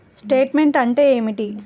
Statement అంటే ఏమిటి?